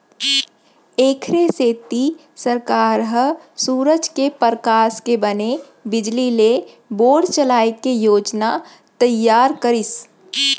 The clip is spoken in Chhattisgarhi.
एखरे सेती सरकार ह सूरूज के परकास के बने बिजली ले बोर चलाए के योजना तइयार करिस